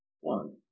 one